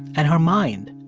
and her mind,